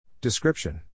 Description